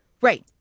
Right